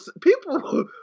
People